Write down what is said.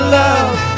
love